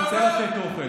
אתם תדאגו לנו?